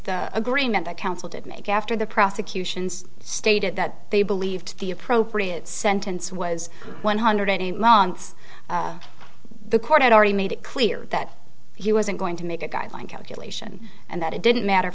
the agreement that council did make after the prosecution's stated that they believed the appropriate sentence was one hundred eighteen months the court had already made it clear that he wasn't going to make a guideline calculation and that it didn't matter